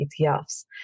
ETFs